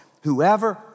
Whoever